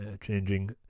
changing